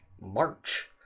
March